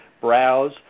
browse